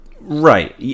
Right